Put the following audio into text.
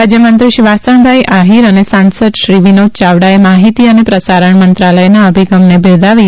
રાજ્યમંત્રી શ્રી વાસણભાઈ આફીર અને સાંસદ શ્રી વિનોદ યાવડાએ માહિતી અને પ્રસારણ મંત્રાલયના અભિગમને બિરદાવી